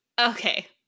Okay